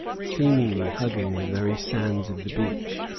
seemingly hugging the very sands of the beach.